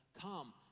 come